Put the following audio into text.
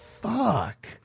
Fuck